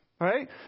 right